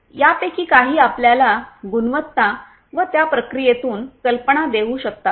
यापैकी काही आपल्याला गुणवत्ता व त्या प्रक्रियेतून कल्पना देऊ शकतात